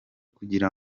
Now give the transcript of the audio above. kugira